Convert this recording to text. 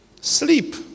sleep